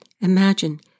Imagine